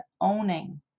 owning